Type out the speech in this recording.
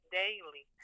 daily